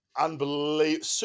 unbelievable